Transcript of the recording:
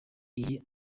iyi